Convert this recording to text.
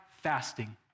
fasting